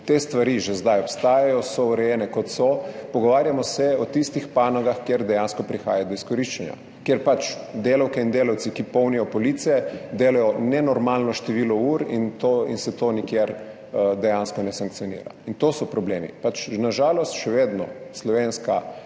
te stvari že zdaj obstajajo, so urejene, kot so. Pogovarjamo se o tistih panogah, kjer dejansko prihaja do izkoriščanja, kjer delavke in delavci, ki polnijo police, delajo nenormalno število ur in se to nikjer dejansko ne sankcionira. In to so problemi. Na žalost imata slovensko